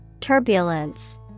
Turbulence